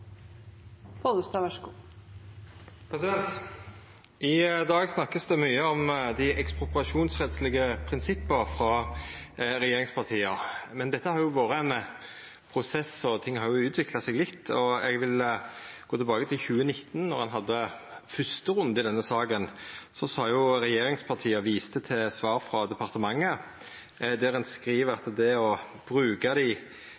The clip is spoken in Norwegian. I dag vert det snakka mykje om dei ekspropriasjonsrettslege prinsippa frå regjeringspartia, men dette har jo vore ein prosess, og ting har utvikla seg litt. Eg vil gå tilbake til 2019. Då ein hadde fyrste runde i denne saka, viste regjeringspartia til svar frå departementet, der ein skriv: